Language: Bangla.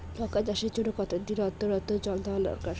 লঙ্কা চাষের জন্যে কতদিন অন্তর অন্তর জল দেওয়া দরকার?